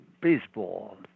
baseball